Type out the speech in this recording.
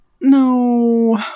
no